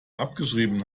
abgeschrieben